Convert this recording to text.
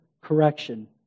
correction